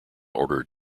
order